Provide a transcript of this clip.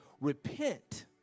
repent